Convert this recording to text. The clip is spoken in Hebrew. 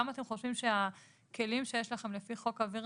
למה אתם חושבים שהכלים שיש לכם לפי חוק אוויר